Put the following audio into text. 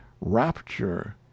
rapture